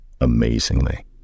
amazingly